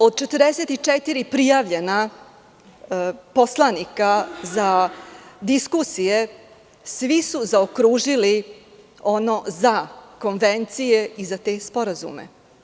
Od 44 prijavljena poslanika za diskusije, svi su zaokružili ono – za, konvencije i za te sporazume.